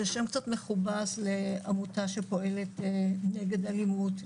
זה שם קצת מכובס לעמותה שפועלת נגד אלימות,